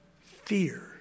fear